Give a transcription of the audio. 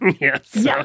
Yes